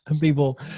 people